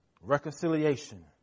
Reconciliation